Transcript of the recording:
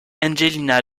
angelina